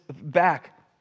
back